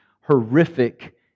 horrific